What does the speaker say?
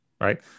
right